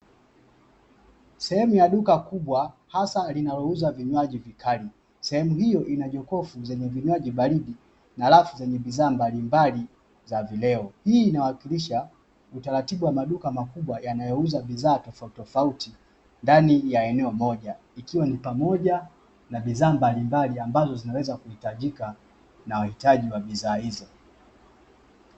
Sehemu ya duka kubwa hasa linalouza vinywaji vikali sehemu hio ina jokofu zenye vinywaji baridi, na rafu zenye bidhaa mbalimbali za vileo. Hii inawakilisha utaratibu wa maduka makubwa yanayouza bidhaa tofautitofauti ndani ya eneo moja, ikiwa ni pamoja na bidhaa mbalimbali ambazo zinaweza kuhitajika na wahitaji wa bidhaa hizo.